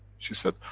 she said,